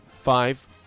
Five